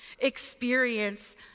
experience